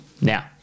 Now